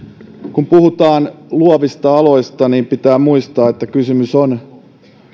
kun puhutaan luovista aloista niin pitää muistaa että kysymys on